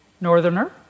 Northerner